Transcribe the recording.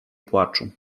płaczu